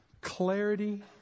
clarity